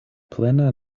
plena